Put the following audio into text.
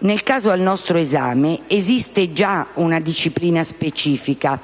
Nel caso al nostro esame esiste già una disciplina specifica,